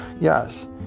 Yes